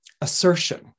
assertion